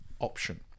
option